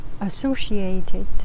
associated